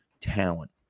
talent